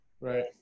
Right